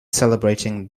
celebrating